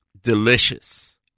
delicious